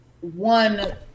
one